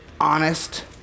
honest